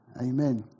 Amen